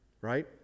right